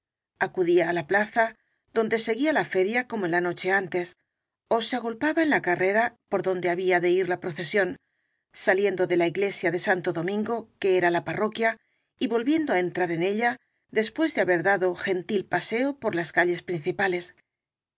acudía á la plaza donde seguía la feria como en la noche antes ó se agolpaba en la carrera por don de había de ir la procesión saliendo de la iglesia de santo domingo que era la parroquia y vol viendo á entrar en ella después de haber dado gen til paseo por las calles principales